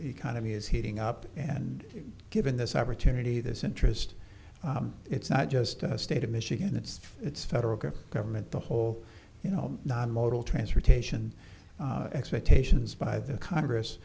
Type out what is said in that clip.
economy is heating up and given this opportunity this interest it's not just a state of michigan it's its federal government the whole you know non modal transportation expectations by the congress